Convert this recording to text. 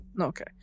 Okay